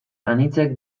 anitzek